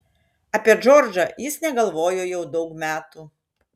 apie džordžą jis negalvojo jau daug metų